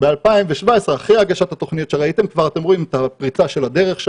ב-2017 אחרי הגשת התוכניות שראיתם אתם כבר רואים את פריצת הדרך,